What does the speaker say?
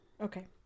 Okay